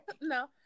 no